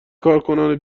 کارکنان